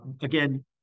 again